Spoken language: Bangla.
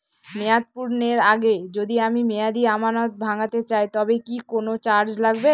মেয়াদ পূর্ণের আগে যদি আমি মেয়াদি আমানত ভাঙাতে চাই তবে কি কোন চার্জ লাগবে?